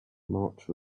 march